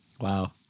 Wow